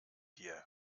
dir